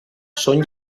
són